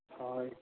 ᱦᱳᱭ